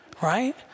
right